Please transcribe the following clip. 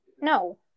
No